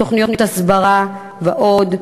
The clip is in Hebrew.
תוכניות הסברה ועוד,